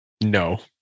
no